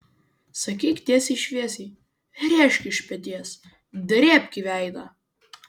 sakyk tiesiai šviesiai rėžk iš peties drėbk į veidą